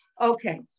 Okay